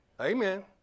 Amen